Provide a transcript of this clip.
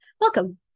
Welcome